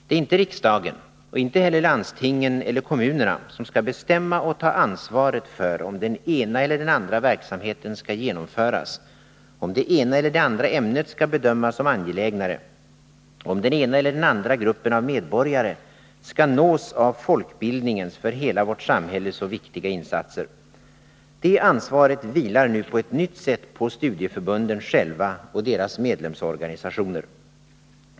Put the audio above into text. Det är inte riksdagen — och inte heller landstingen eller kommunerna — som skall bestämma och ta ansvaret för om den ena eller den andra verksamheten skall genomföras, om det ena eller det andra ämnet skall bedömas som angelägnare, om den ena eller den andra gruppen av medborgare skall nås av folkbildningens för hela vårt samhälle så viktiga insatser. Det ansvaret åvilar nu på ett nytt sätt studieförbunden själva och deras medlemsorganisationer.